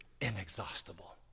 inexhaustible